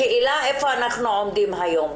השאלה היא איפה אנחנו עומדים היום.